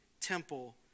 temple